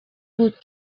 بود